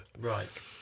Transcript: Right